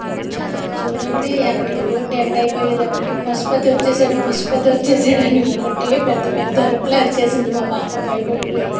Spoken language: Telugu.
ఇంకా చూడండి అక్కడికి రోడ్ ఎండ్ అయిపోయేదప్పటికి పశుపతొచ్చేసాడు పశుపతొచ్చేసాడు అని ఒకటే పెద్ద పెద్ద అరుపులు అరిచేసింది మా పాప భయపడిపోయి